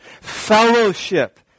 Fellowship